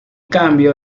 cambio